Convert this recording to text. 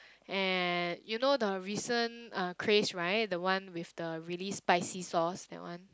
and you know the recent uh craze right the one with the really spicy sauce that one